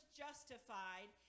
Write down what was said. justified